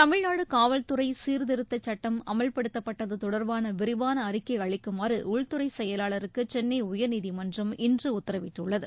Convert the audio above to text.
தமிழ்நாடு காவல்துறை சீர்திருத்தச் சட்டம் அமல்படுத்தப்பட்டது தொடர்பாக விரிவாள அறிக்கை அளிக்குமாறு உள்துறை செயலாளருக்கு சென்னை உயா்நீதிமன்றம் இன்று உத்தரவிட்டுள்ளது